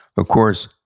of course,